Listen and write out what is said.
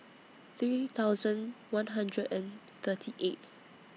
three thousand one hundred and thirty eighth